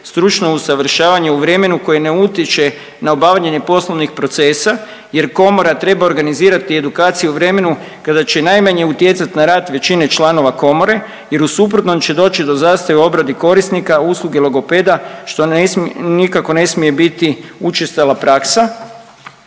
stručno usavršavanje u vremenu koje ne utječe na obavljanje poslovnih procesa jer komora treba organizirati edukacije u vremenu kada će najmanje utjecati na rad većine članova komore jer u suprotnom će doći do zastoja u obradi korisnika usluge logopeda što ne smije, nikako ne smije biti učestala praksa.